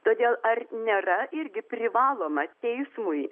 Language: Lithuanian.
todėl ar nėra irgi privaloma teismui